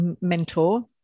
mentor